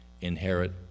inherit